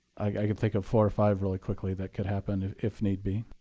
i can think of four five really quickly that could happen, if if need be.